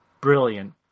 brilliant